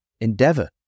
endeavor